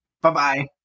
Bye-bye